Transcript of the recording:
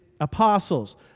apostles